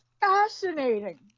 Fascinating